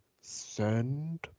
send